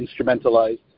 instrumentalized